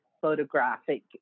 photographic